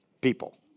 People